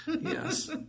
Yes